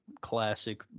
Classic